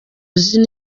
zina